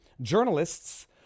Journalists